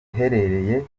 iherereye